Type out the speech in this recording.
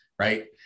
Right